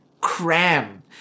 cram